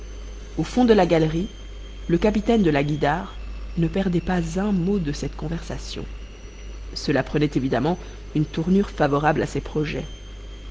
au fond de la galerie le capitaine de la guïdare ne perdait pas un mot de cette conversation cela prenait évidemment une tournure favorable à ses projets